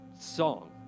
song